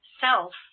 self